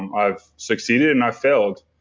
and i've succeeded and i've failed.